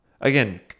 Again